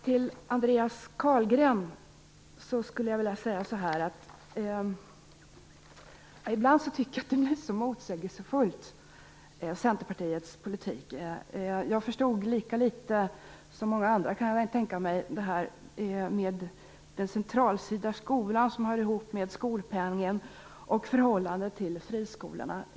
Till Andreas Carlgren skulle jag vilja säga att jag tycker att Centerpartiets politik ibland blir motsägelsefull. Jag förstod lika litet som många andra det här med den centralstyrda skolan som hör ihop med skolpengen och förhållandet till friskolorna.